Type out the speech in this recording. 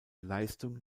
leistung